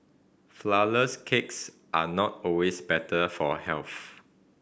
flourless cakes are not always better for health